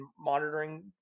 monitoring